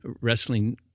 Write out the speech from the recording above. wrestling